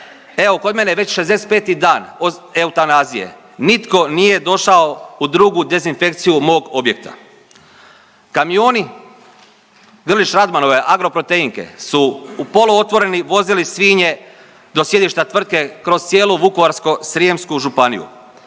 „Evo kod mene je već 65. dan od eutanazije nitko nije došao u drugu dezinfekciju mog objekta.“. Kamioni Grlić RAdmanove Agroproteinke su poluotvoreni vozili svinje do sjedišta tvrtke kroz cijelu Vukovarsko-srijemsku županiju,